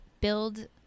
build